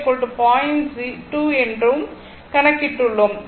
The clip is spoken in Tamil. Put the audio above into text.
2 எனவும் கணக்கிட்டுள்ளோம்